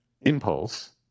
impulse